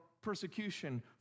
persecution